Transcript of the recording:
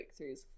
breakthroughs